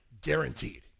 guaranteed